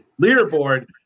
leaderboard